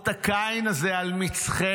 אות הקין הזה על מצחנו.